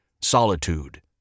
Solitude